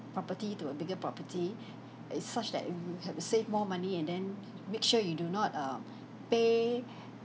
property to a bigger property is such that you will have to save more money and then make sure you do not err pay